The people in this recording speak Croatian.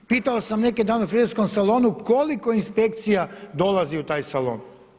Pitao sam neki dan u frizerskom salonu koliko inspekcija dolazi u taj salon.